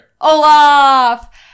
Olaf